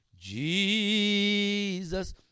Jesus